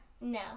No